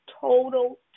total